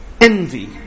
envy